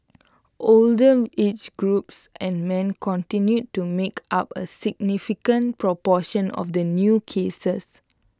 older age groups and men continued to make up A significant proportion of the new cases